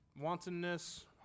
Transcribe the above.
Wantonness